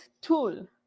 tool